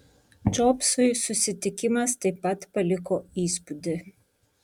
džobsui susitikimas taip pat paliko įspūdį